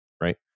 right